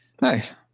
Nice